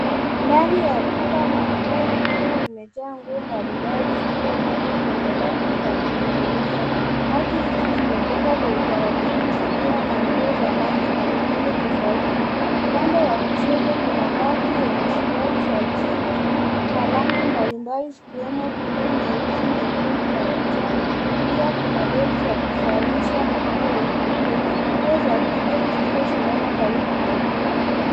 Ndani ya duka la nguo likiwa limejaa nguo mbalimbali zilizopangwa kwenye rafu za kuning'inia. Raki hizi zimepangwa kwa utaratibu zikiwa na nguo za rangi na mitindo tofauti. Upande wa kushoto kuna raki yenye suruali za jivu na rangi mbalimbali zikiwemo bluu, nyekundu, nyeusi na kijani. Pia kuna doli za kuvalisha nguo zenye nguo za kike zilizosimama karibu na ukuta.